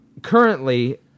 Currently